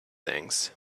things